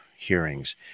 hearings